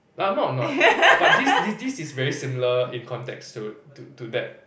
but I'm not annoyed but this thi~ this is very similar in context to to to that